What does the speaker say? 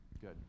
Good